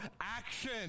action